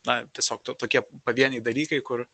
na tiesiog tokie pavieniai dalykai kur